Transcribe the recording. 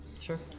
Sure